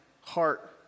heart